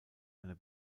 einer